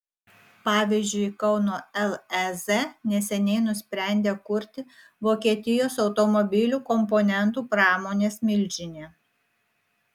pavyzdžiui kauno lez neseniai nusprendė kurti vokietijos automobilių komponentų pramonės milžinė